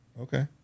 Okay